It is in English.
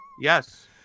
Yes